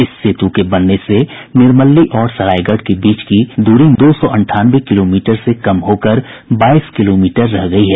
इस सेतु के बनने से निर्मली और सरायगढ़ के बीच की दूरी मौजूदा दो सौ अंठानवे किलोमीटर से कम हो कर बाईस किलोमीटर रह गई है